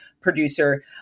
producer